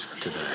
today